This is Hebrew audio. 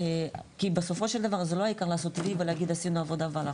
כי בסופו של דבר זה לא העיקר לעשות וי ולהגיד עשינו עבודה והלכנו.